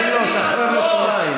תן לו, תשחרר לו שוליים.